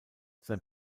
sein